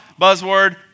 buzzword